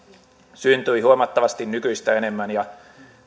syntyi huomattavasti nykyistä enemmän